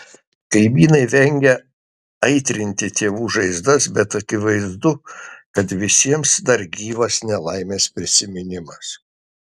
kaimynai vengia aitrinti tėvų žaizdas bet akivaizdu kad visiems dar gyvas nelaimės prisiminimas